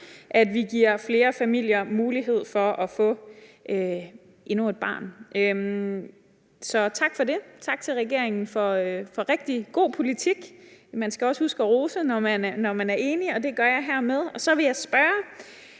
at vi giver flere familier mulighed for at få endnu et barn. Så tak for det, tak til regeringen for rigtig god politik - man skal også huske at rose, når man er enig, og det gør jeg hermed. Så vil jeg spørge: